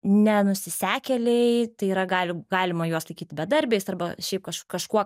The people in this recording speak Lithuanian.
nenusisekėliai tai yra gali galima juos laikyti bedarbiais arba šiaip kaž kažkuo